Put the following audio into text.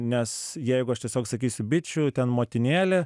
nes jeigu aš tiesiog sakysiu bičių ten motinėlė